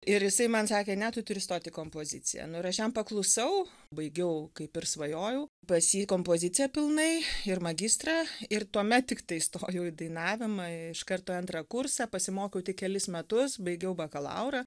ir jisai man sakė ne tu turi stot į kompoziciją nu ir aš jam paklusau baigiau kaip ir svajojau pas jį kompoziciją pilnai ir magistrą ir tuomet tiktai stojau į dainavimą iš karto antrą kursą pasimokiau tik kelis metus baigiau bakalaurą